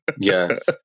Yes